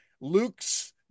luke's